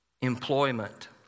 employment